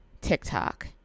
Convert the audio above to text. TikTok